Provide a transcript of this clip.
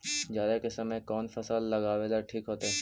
जाड़ा के समय कौन फसल लगावेला ठिक होतइ?